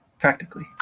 practically